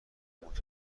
متمرکز